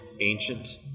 ancient